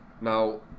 now